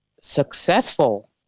successful